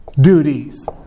duties